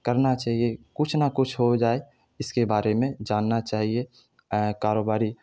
کرنا چاہیے کچھ نہ کچھ ہو جائے اس کے بارے میں جاننا چاہیے کاروباری